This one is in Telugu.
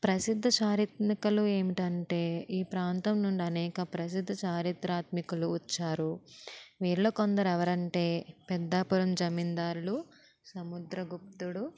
ప్రసిద్ధ చారిత్మికలు ఏంటి అంటే ఈ ప్రాంతం నుండి అనేక ప్రసిద్ధ చారిత్రాత్మికులు వచ్చారు వీళ్ళ కొందరు ఎవరంటే పెద్దాపురం జమీందారులు సముద్రగుప్తుడు